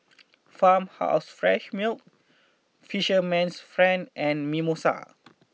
Farmhouse Fresh Milk Fisherman's friend and Mimosa